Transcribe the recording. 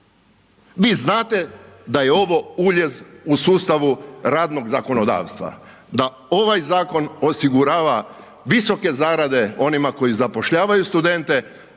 Vi znate da je ovo uljez u sustavu radnog zakonodavstva, da ovaj zakon osigurava visoke zarade onima koji zapošljavaju studente,